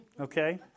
okay